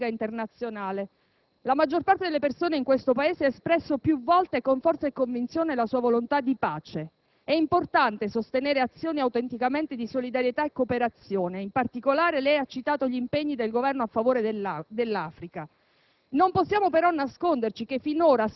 Un breve passaggio a proposito della politica internazionale. La maggior parte delle persone in questo Paese ha espresso più volte, con forza e convinzione, la propria volontà di pace. È importante sostenere azioni autenticamente di solidarietà e di cooperazione. In particolare, lei ha citato gli impegni del Governo a favore dell'Africa.